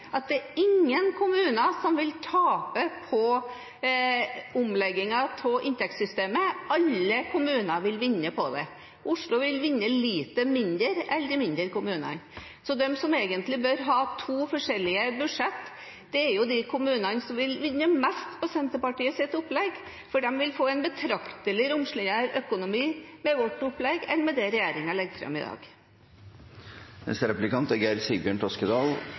at det er ingen kommuner som vil tape på omleggingen av inntektssystemet – alle kommuner vil vinne på det. Oslo vil vinne litt mindre enn de mindre kommunene. Så de som egentlig bør ha to forskjellige budsjetter, er de kommunene som vil vinne mest med Senterpartiets opplegg, for de vil få en betraktelig romsligere økonomi med vårt opplegg enn med det regjeringen legger fram i